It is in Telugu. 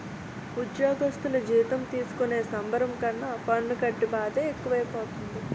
ఉజ్జోగస్థులు జీతం తీసుకునే సంబరం కన్నా పన్ను కట్టే బాదే ఎక్కువైపోనాది